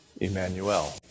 Emmanuel